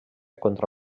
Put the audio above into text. contra